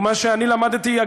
מה שאני למדתי ממנו,